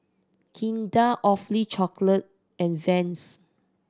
Kinder Awfully Chocolate and Vans